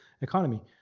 economy